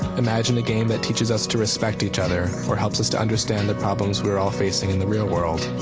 imagine a game that teaches us to respect each other, or helps us to understand the problems we're all facing in the real world.